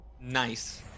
Nice